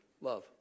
Love